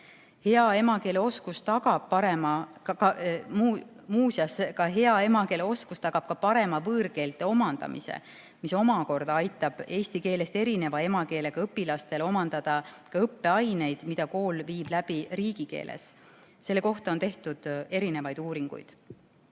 Hea emakeeleoskus tagab muuseas ka parema võõrkeelte omandamise, mis omakorda aitab eesti keelest erineva emakeelega õpilastel omandada õppeaineid, mille õpetust kool viib läbi riigikeeles. Selle kohta on tehtud erinevaid uuringuid.